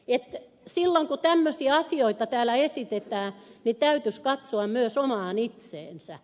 silloin kun tällaisia asioita täällä esitetään täytyisi katsoa myös itseään